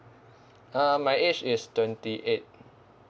uh my age is twenty eight